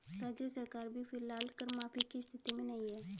राज्य सरकार भी फिलहाल कर माफी की स्थिति में नहीं है